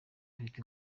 afite